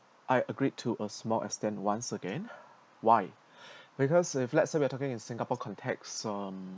I agreed to a small extent once again why because if let's say we're talking in singapore context on